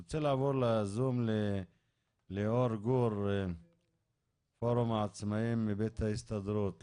אני רוצה לעבור לזום לליאור גור מפורום העצמאים מבית ההסתדרות.